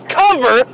cover